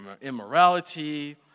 immorality